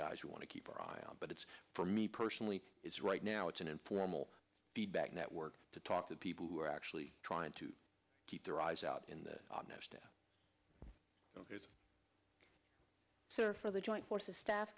guys you want to keep our eye on but it's for me personally it's right now it's an informal feedback network to talk to people who are actually trying to keep their eyes out in the next step is for the joint forces staff